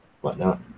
whatnot